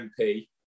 MP